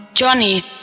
Johnny